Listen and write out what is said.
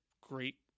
great –